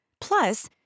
Plus